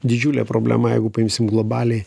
didžiulė problema jeigu paimsim globaliai